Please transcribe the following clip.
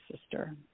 sister